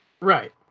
right